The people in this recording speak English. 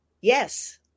Yes